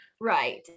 right